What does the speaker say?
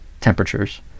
temperatures